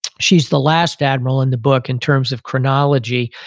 she's the last admiral in the book in terms of chronology.